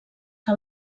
que